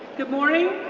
good morning,